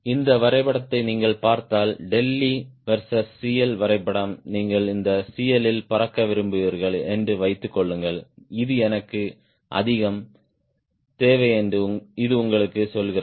இந்த வரைபடத்தை நீங்கள் பார்த்தால் e வெர்ஸஸ் CL வரைபடம் நீங்கள் இந்த CL இல் பறக்க விரும்புகிறீர்கள் என்று வைத்துக் கொள்ளுங்கள் இது எனக்கு அதிகம் தேவை என்று இது உங்களுக்கு சொல்கிறது